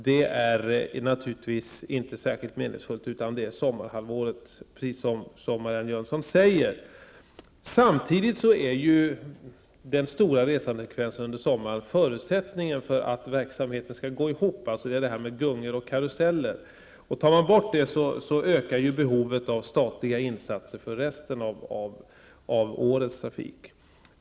Det gäller alltså sommarhalvåret, som Marianne Jönsson säger. Samtidigt är den stora resandefrekvensen under sommaren förutsättningen för att verksamheten skall gå ihop -- det här med gungorna och karusellen. Annars ökar ju behovet av statliga insatser för resten av årets trafik.